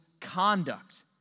conduct